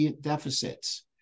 deficits